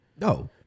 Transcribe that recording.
No